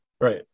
right